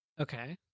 Okay